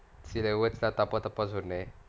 சில:sila words lah தப்பா தப்பா சொன்ன:thappa thappa sonna